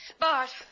Bart